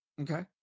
Okay